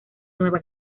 nueva